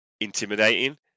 intimidating